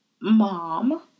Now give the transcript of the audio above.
mom